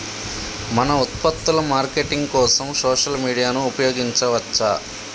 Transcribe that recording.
మన ఉత్పత్తుల మార్కెటింగ్ కోసం సోషల్ మీడియాను ఉపయోగించవచ్చా?